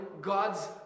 God's